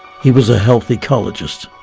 he was a health ecologist.